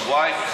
שבועיים,